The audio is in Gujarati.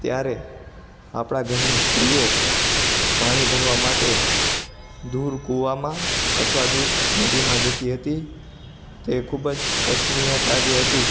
ત્યારે આપણા ઘરની સ્ત્રીઓ પાણી ભરવા માટે દૂર કૂવામાં અથવા દૂર નદીમાં જતી હતી તે ખૂબ જ કશનીય કાર્ય હતું